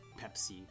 Pepsi